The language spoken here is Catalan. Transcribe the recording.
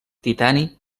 titani